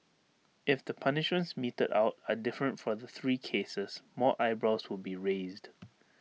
if the punishments meted are different for the three cases more eyebrows will be raised